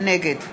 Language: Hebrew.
נגד